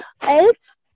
Else